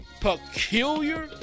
peculiar